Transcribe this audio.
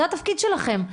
זה התפקיד שלכם.